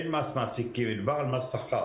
אין מס מעסיקים, מדובר על מס שכר.